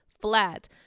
flat